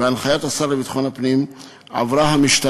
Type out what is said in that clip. בפתח דברי אני שולח תנחומים למשפחות הנרצחים